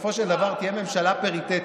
שבסופו של דבר תהיה ממשלה פריטטית